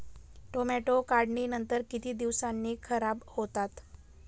Tomato काढणीनंतर किती दिवसांनी खराब होतात?